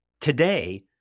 Today